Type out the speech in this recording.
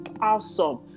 awesome